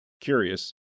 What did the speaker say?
curious